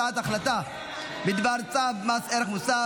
אני קובע כי הצעת החלטה בדבר צו מס ערך מוסף